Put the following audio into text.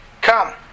Come